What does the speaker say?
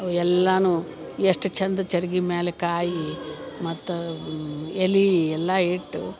ಅವು ಎಲ್ಲನೂ ಎಷ್ಟು ಚಂದ ಚರಗಿ ಮ್ಯಾಲೆ ಕಾಯಿ ಮತ್ತು ಎಲೆ ಎಲ್ಲ ಇಟ್ಟು